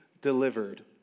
delivered